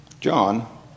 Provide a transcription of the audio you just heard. John